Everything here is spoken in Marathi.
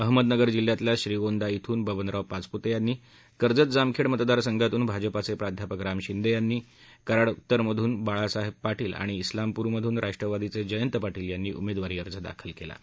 अहमदनगर जिल्ह्यातल्या श्रीगोंदा ध्रून बबनराव पाचपुते यांनी कर्जत जामखेड मतदारसंघातून भाजपाचे प्राध्यापक राम शिंदे यांनी कराड उत्तरमधून बाळासाहेब पाटील यांनी आणि उेलामपूर मधून राष्ट्रवादीचे जयंत पाटील यांनी उमेदवारी अर्ज दाखल केला आहे